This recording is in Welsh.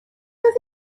oedd